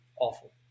awful